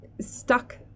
stuck